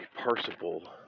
parsable